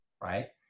right